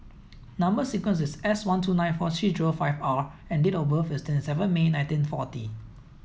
number sequence is S one two nine four three zero five R and date of birth is twenty seven May nineteen forty